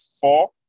four